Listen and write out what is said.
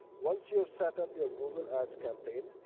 once you have set up your google ads campaign,